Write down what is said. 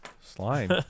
Slime